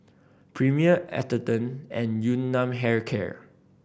Premier Atherton and Yun Nam Hair Care